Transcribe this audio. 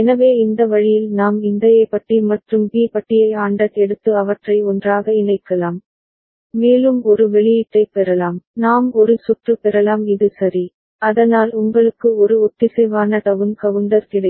எனவே இந்த வழியில் நாம் இந்த A பட்டி மற்றும் B பட்டியை ANDed எடுத்து அவற்றை ஒன்றாக இணைக்கலாம் மேலும் ஒரு வெளியீட்டைப் பெறலாம் நாம் ஒரு சுற்று பெறலாம் இது சரி அதனால் உங்களுக்கு ஒரு ஒத்திசைவான டவுன் கவுண்டர் கிடைக்கும்